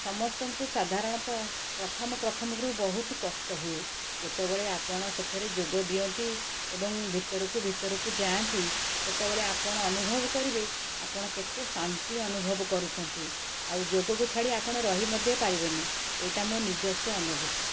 ସମସ୍ତଙ୍କୁ ସାଧାରଣତଃ ପ୍ରଥମେ ପ୍ରଥମରୁ ବହୁତ କଷ୍ଟ ହୁଏ ଯେତେବେଳେ ଆପଣ ସେଥିରେ ଯୋଗ ଦିଅନ୍ତି ଏବଂ ଭିତରକୁ ଭିତରକୁ ଯାଆନ୍ତି ସେତେବେଳେ ଆପଣ ଅନୁଭବ କରିବେ ଆପଣ କେତେ ଶାନ୍ତି ଅନୁଭବ କରୁଛନ୍ତି ଆଉ ଯୋଗକୁ ଛାଡ଼ି ଆପଣ ରହି ମଧ୍ୟ ପାରିବେନି ଏଇଟା ମୋ ନିଜସ୍ୱ ଅନୁଭୂତି